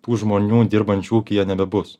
tų žmonių dirbančių ūkyje nebebus